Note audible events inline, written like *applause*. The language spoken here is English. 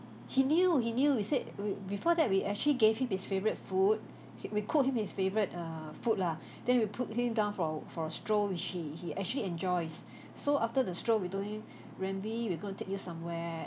he knew he knew he said we before that we actually gave him his favourite food *breath* we cook him his favourite err food lah *breath* then we put him down for a for a stroll which he he actually enjoys *breath* so after the stroll we told him rembi we're going to take you somewhere